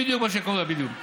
זה בדיוק מה שקורה במציאות.